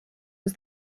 was